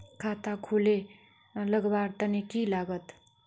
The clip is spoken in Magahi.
खाता खोले लगवार तने की लागत?